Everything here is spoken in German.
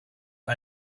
ist